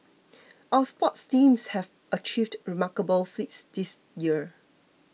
our sports teams have achieved remarkable feats this year